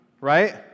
right